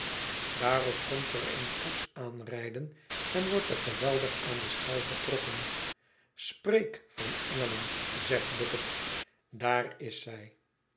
daarop komt er eene koets aanrijden en wordt er geweldig aan de schel getrokken spreek van engelen zegt bucket daar is zij